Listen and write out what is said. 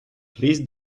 please